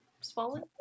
swollen